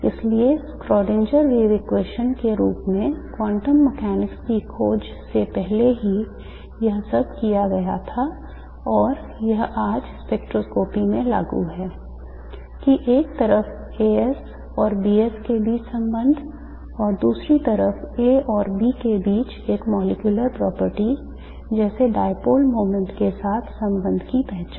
इसलिए Schrödingers wave equation के रूप में quantum mechanics की खोज से पहले ही यह सब किया गया था और यह आज स्पेक्ट्रोस्कोपी में लागू है कि एक तरफ As और Bs के बीच संबंध और दूसरी तरफ A और B के बीच एक molecular property जैसे dipole moment के साथ संबंध की पहचान